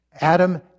Adam